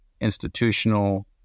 institutional